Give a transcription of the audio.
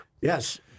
Yes